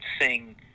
sing